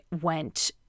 went